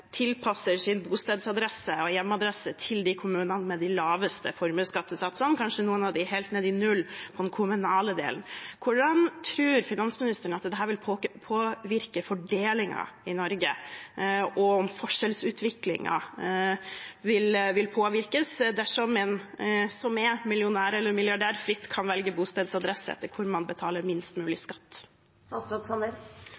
tilpasser sin bostedsadresse og hjemmeadresse til de kommunene med de laveste formuesskattesatsene – kanskje har noen av dem helt ned i null når det gjelder den kommunale delen – hvordan tror finansministeren at dette vil påvirke fordelingen i Norge, og hvordan vil forskjellsutviklingen påvirkes, dersom en som er millionær eller milliardær fritt kan velge bostedsadresse der man betaler minst